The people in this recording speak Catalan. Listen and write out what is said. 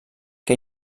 que